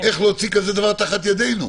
שלך איך להוציא כזה דבר תחת ידינו.